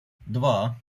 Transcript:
два